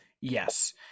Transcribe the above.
Yes